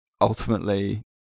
Ultimately